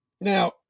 Now